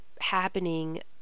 happening